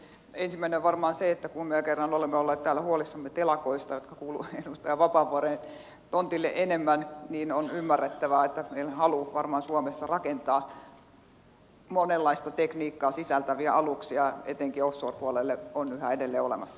ensimmäinen on se että kun me kerran olemme olleet täällä huolissamme telakoista jotka kuuluvat ministeri vapaavuoren tontille enemmän on ymmärrettävää että varmaan meidän halumme suomessa rakentaa monenlaista tekniikkaa sisältäviä aluksia etenkin offshore puolelle on yhä edelleen olemassa